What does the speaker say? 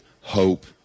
hope